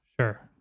Sure